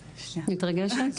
מתרגשת?